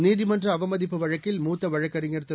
நீதிமன்ற அவமதிப்பு வழக்கில் மூத்த வழக்கறிஞர் திரு